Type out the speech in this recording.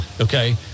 Okay